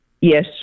Yes